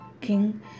king